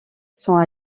sont